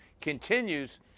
continues